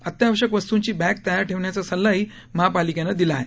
अत्यावश्यक वस्तूंची बद्या तयार ठेवण्याचा सल्लाही महापालिकेनं दिला आहे